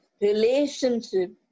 relationship